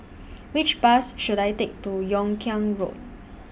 Which Bus should I Take to Yung Kuang Road